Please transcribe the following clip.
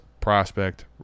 prospect